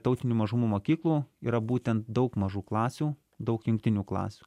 tautinių mažumų mokyklų yra būtent daug mažų klasių daug jungtinių klasių